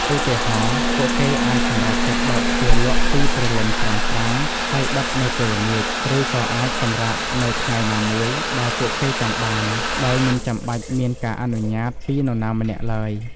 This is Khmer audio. ឧទាហរណ៍ ពួកគេអាចសម្រេចចិត្តបើកទ្វារលក់ពីព្រលឹមស្រាងៗ ហើយបិទនៅពេលល្ងាច ឬក៏អាចសម្រាកនៅថ្ងៃណាមួយដែលពួកគេចង់បាន ដោយមិនចាំបាច់មានការអនុញ្ញាតពីនរណាម្នាក់ឡើយ។